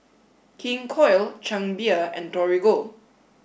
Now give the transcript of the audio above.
King Koil Chang Beer and Torigo